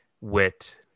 wit